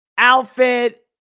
Outfit